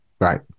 right